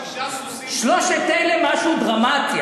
שישה סוסים, שלושת אלה הם משהו דרמטי.